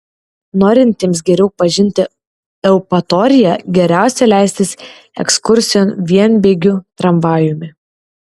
norintiems geriau pažinti eupatoriją geriausia leistis ekskursijon vienbėgiu tramvajumi